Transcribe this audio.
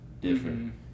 different